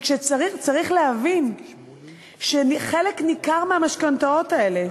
צריך להבין שחלק ניכר מהמשכנתאות האלה,